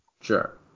Sure